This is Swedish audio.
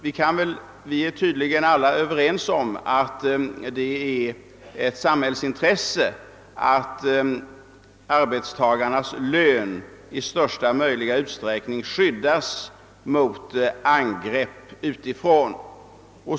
Vi är tydligen alla Överens om att det är samhällsintresse, att arbetstagarnas lön i största möjliga utsträckning skyddas mot angrepp utifrån.